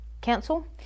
council